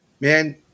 man